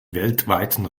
weltweiten